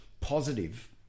positive